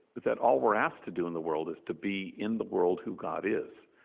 that all we're asked to do in the world is to be, in the world, who god is,